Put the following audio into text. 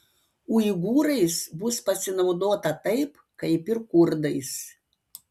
uigūrais bus pasinaudota taip kaip ir kurdais